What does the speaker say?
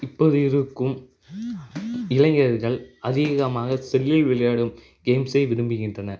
இப்போது இருக்கும் இளைஞர்கள் அதிகமாக செல்லில் விளையாடும் கேம்ஸை விரும்பிகின்றனர்